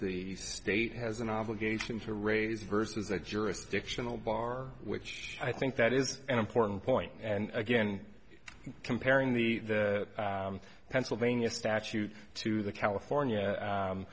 the state has an obligation to raise versus a jurisdictional bar which i think that is an important point and again comparing the pennsylvania statute to the california